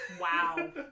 Wow